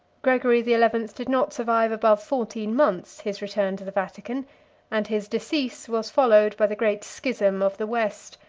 gregory the eleventh did not survive above fourteen months his return to the vatican and his decease was followed by the great schism of the west,